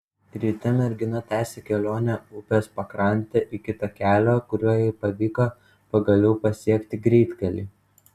ryte mergina tęsė kelionę upės pakrante iki takelio kuriuo jai pavyko pagaliau pasiekti greitkelį